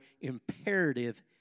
imperative